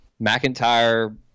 McIntyre